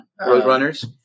Roadrunners